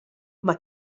mae